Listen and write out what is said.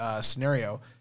scenario